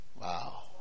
Wow